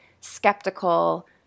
skeptical